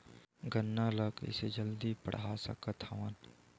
गन्ना ल जल्दी कइसे बढ़ा सकत हव?